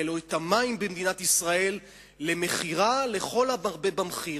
או את המים במדינת ישראל למכירה לכל המרבה במחיר,